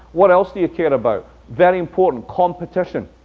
what else do you care about? very important competition.